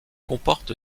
comporte